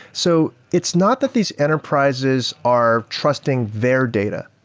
so it's not that these enterprises are trusting their data.